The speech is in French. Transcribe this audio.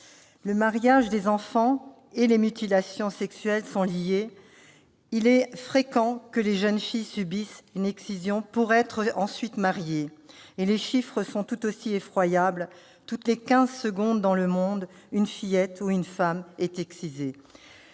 Le mariage des enfants et les mutilations sexuelles sont liés. Il est fréquent que les jeunes filles subissent une excision pour être ensuite mariées. Et les chiffres sont tout aussi effroyables : toutes les quinze secondes dans le monde, une fillette ou une femme est excisée.